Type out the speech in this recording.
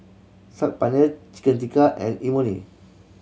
Saag Paneer Chicken Tikka and Imoni